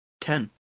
Ten